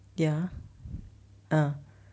ya uh